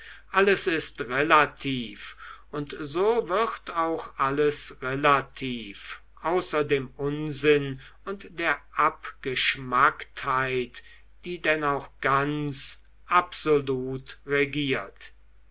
alles ist relativ und so wird auch alles relativ außer dem unsinn und der abgeschmacktheit die denn auch ganz absolut regiert